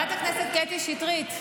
חברת הכנסת קטי שטרית.